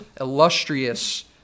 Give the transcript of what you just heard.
illustrious